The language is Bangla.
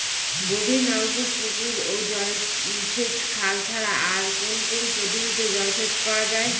গভীরনলকূপ পুকুর ও সেচখাল ছাড়া আর কোন কোন পদ্ধতিতে জলসেচ করা যায়?